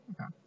Okay